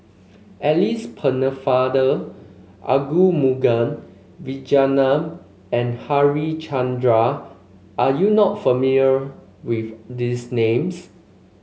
Alice Pennefather Arumugam Vijiaratnam and Harichandra are you not familiar with these names